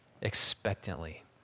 expectantly